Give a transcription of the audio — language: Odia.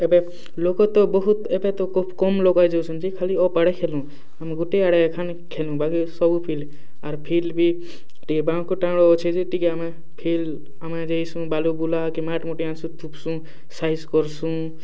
ଏବେ ଲୋକ୍ ତ ବହୁତ୍ ଏବେ ତ କମ୍ କମ୍ ଲୋକ୍ ଆସୁଛନ୍ତି ଖାଲି ଖେଲୁଁ ଆମେ ଗୁଟେ ଆଡ଼େ ଏଖେନ୍ ଖେଲୁଁ ବାକି ସବୁ ଫିଲ୍ଡ ଆର୍ ଫିଲ୍ଡ ବି ଟିକେ ବାଆଁକୁ ଟାଁକ୍ଡ଼ୁ ଅଛେ ଯେ ଟିକେ ଆମେ ଫିଲ୍ଡ ଆମେ ଯାଏସୁଁ ବାଲୁ ବୁଲାକି ମାଏଟ୍ମୁଟା ବି ଆନ୍ସୁଁ ତୁପ୍ସୁଁ ସାଇଜ୍ କର୍ସୁଁ